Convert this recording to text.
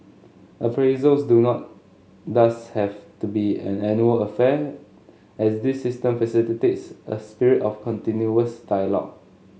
appraisals do not thus have to be an annual affair as this system a spirit of continuous dialogue